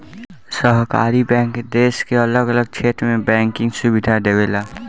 सहकारी बैंक देश के अलग अलग क्षेत्र में बैंकिंग सुविधा देवेला